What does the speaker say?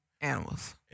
Animals